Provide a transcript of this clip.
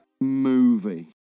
movie